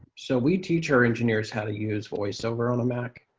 so we teach our engineers how to use voiceover on a mac.